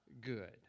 good